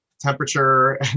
temperature